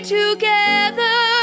together